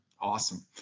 awesome